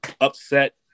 upset